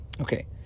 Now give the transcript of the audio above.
Okay